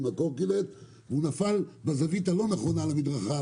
קורקינט והוא נפל בזווית הלא נכונה על המדרכה,